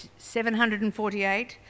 748